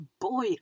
boy